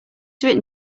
written